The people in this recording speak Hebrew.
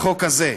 לחוק הזה,